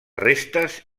restes